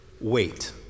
wait